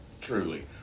Truly